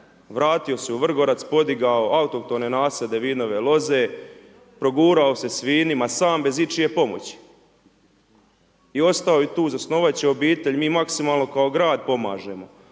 vratio se u Vrgorac, podigao autohtone nasade vinove loze, progurao se s vinima sam, bez ičije pomoći i ostao je tu, zasnovat će obitelj, mi maksimalno kao grad pomažemo,